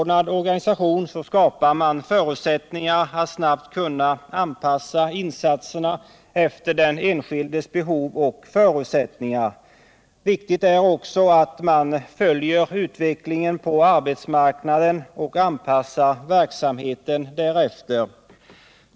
Därigenom skapar man möjligheter att snabbare anpassa insatserna efter den enskildes behov och förutsättningar. Viktigt är också att man följer utvecklingen på arbetsmarknaden och anpassar verksamheten därefter.